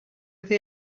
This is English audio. they